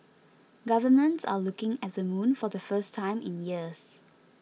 governments are looking at the moon for the first time in years